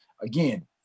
Again